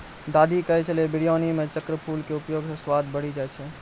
दादी कहै छेलै बिरयानी मॅ चक्रफूल के उपयोग स स्वाद बढ़ी जाय छै